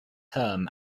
term